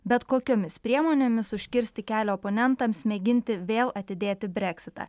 bet kokiomis priemonėmis užkirsti kelią oponentams mėginti vėl atidėti breksitą